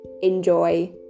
enjoy